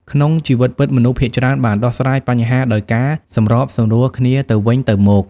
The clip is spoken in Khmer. ក្នុងជីវិតពិត មនុស្សភាគច្រើនបានដោះស្រាយបញ្ហាដោយការសម្របសម្រួលគ្នាទៅវិញទៅមក។